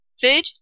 Food